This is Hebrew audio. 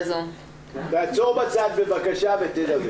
בבקשה תעצור בצד הדרך ואז נדבר